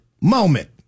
moment